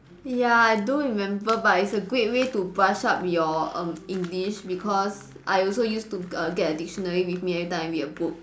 ya I do remember but it's a great way to brush up your um English because I also used to err get a dictionary with me every time I read a book